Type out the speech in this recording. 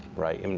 right. i mean